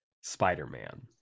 spider-man